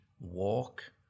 walk